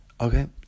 Okay